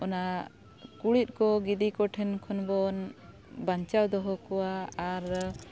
ᱚᱱᱟ ᱠᱩᱬᱤᱫ ᱠᱚ ᱜᱤᱫᱤ ᱠᱚᱴᱷᱮᱱ ᱠᱷᱚᱱ ᱵᱚᱱ ᱵᱟᱧᱪᱟᱣ ᱫᱚᱦᱚ ᱠᱚᱣᱟ ᱟᱨ